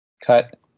cut